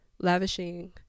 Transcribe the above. Lavishing